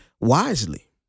wisely